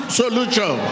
solution